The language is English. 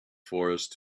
forest